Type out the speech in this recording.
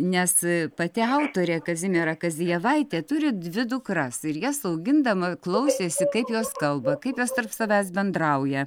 nes pati autorė kazimiera kazijevaitė turi dvi dukras ir jas augindama klausėsi kaip jos kalba kaip jos tarp savęs bendrauja